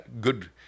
good